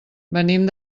venim